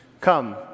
Come